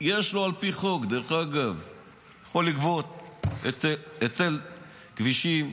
על פי חוק יכול לגבות היטל כבישים,